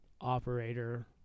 Operator